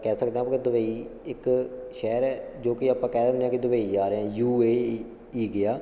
ਕਹਿ ਸਕਦਾਂ ਦੁਬਈ ਇੱਕ ਸ਼ਹਿਰ ਹੈ ਜੋ ਕਿ ਆਪਾਂ ਕਹਿ ਦਿੰਨੇ ਹਾਂ ਕਿ ਦੁਬਈ ਜਾ ਰਿਹਾ ਯੂ ਏ ਈ ਗਿਆ